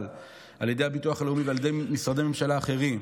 על ידי הביטוח הלאומי ועל ידי משרדי ממשלה אחרים,